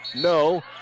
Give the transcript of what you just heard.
No